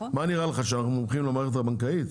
מה נראה לך, שאנחנו מומחים למערכת הבנקאית?